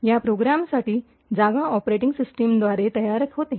या प्रोग्रामसाठी जागा ऑपरेटिंग सिस्टमद्वारे तयार होते